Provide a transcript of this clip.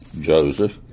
Joseph